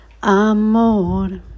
amor